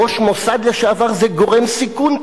ראש מוסד לשעבר זה גורם סיכון,